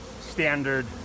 standard